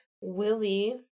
Willie